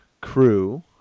crew